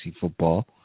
football